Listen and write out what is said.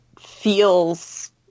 feels